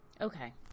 Okay